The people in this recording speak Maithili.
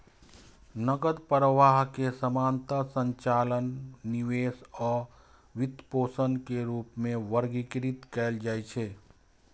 नकद प्रवाह कें सामान्यतः संचालन, निवेश आ वित्तपोषण के रूप मे वर्गीकृत कैल जाइ छै